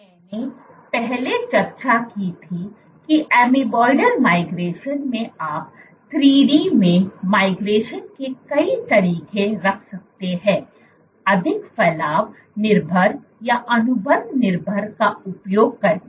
मैंने पहले चर्चा की थी कि एमोबाइडल माइग्रेशन में आप 3D में माइग्रेशन के कई तरीके रख सकते हैं अधिक फलाव निर्भर या अनुबंध निर्भर का उपयोग करके